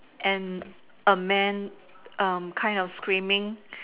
and a man um kind of screaming